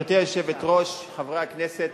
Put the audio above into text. גברתי היושבת-ראש, חברי הכנסת,